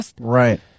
Right